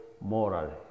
moral